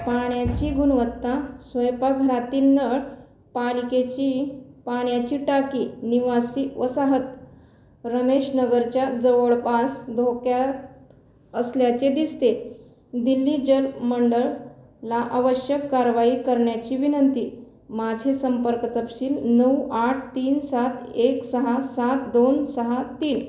पाण्याची गुणवत्ता स्वयंपाकघरातील नळ पालिकेची पाण्याची टाकी निवासी वसाहत रमेश नगरच्या जवळपास धोक्यात असल्याचे दिसते दिल्ली जल मंडळाला आवश्यक कारवाई करण्याची विनंती माझे संपर्क तपशील नऊ आठ तीन सात एक सहा सात दोन सहा तीन